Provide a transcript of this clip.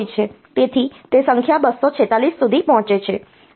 તેથી તે સંખ્યા 246 સુધી પહોંચે છે